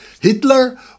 Hitler